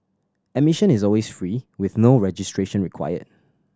admission is always free with no registration required